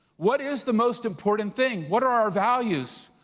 what is the most important thing? what are our values?